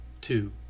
Two